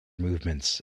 movements